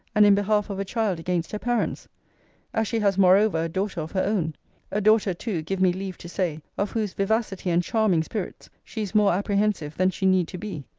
and in behalf of a child against her parents as she has moreover a daughter of her own a daughter too, give me leave to say, of whose vivacity and charming spirits she is more apprehensive than she need to be,